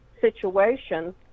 situation